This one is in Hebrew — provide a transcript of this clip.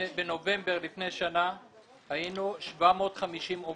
בנובמבר לפני שנה היינו 750 עובדים.